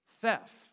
Theft